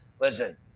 Listen